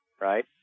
right